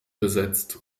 besetzt